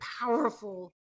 powerful